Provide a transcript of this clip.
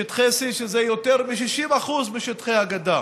שטחי C, שזה יותר מ-60% משטחי הגדה,